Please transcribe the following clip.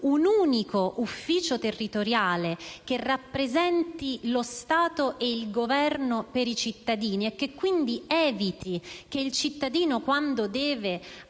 un unico ufficio territoriale che rappresenti lo Stato e il Governo per i cittadini e che, quindi, eviti che il cittadino quando deve